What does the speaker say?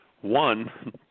one